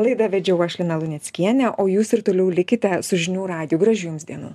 laidą vedžiau aš lina luneckienė o jūs ir toliau likite su žinių radiju gražių jums dienų